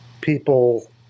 people